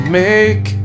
make